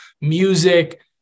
music